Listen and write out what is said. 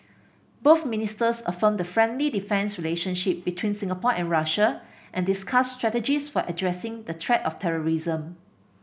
both ministers affirmed the friendly defence relationship between Singapore and Russia and discussed strategies for addressing the threat of terrorism